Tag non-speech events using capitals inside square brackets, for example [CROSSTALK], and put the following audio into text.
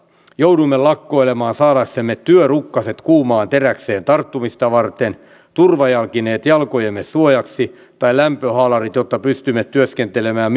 jouduimme lakkoilemaan saadaksemme työrukkaset kuumaan teräkseen tarttumista varten turvajalkineet jalkojemme suojaksi tai lämpöhaalarit jotta pystyimme työskentelemään [UNINTELLIGIBLE]